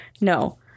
No